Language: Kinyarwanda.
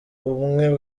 bumwe